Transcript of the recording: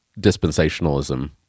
dispensationalism